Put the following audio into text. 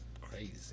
Crazy